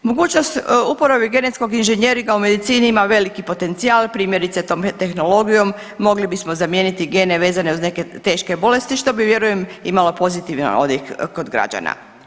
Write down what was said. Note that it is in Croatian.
Mogućnost uporabe genetskog inženjeringa u medicini ima veliki potencijal, primjerice tehnologijom mogli bismo zamijeniti gene vezane uz neke teške bolesti što bi vjerujem imalo pozitivan odjek kod građana.